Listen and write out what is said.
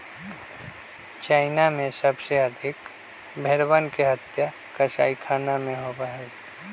China में सबसे अधिक भेंड़वन के हत्या कसाईखाना में होबा हई